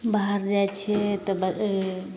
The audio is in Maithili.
बाहर जाइ छिए तऽ अऽ